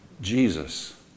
Jesus